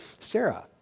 Sarah